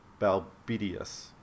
Balbidius